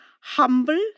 humble